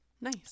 Nice